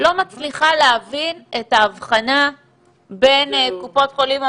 לא מצליחה להבין את ההבחנה בין קופות החולים,